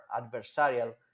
adversarial